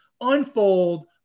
unfold